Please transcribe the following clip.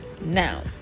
Now